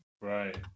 Right